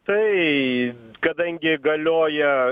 tai kadangi galioja